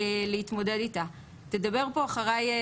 גב' מיה לי שתספר את הסיפור שלה.